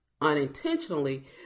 unintentionally